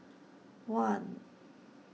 one